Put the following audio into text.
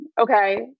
okay